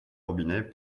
robinet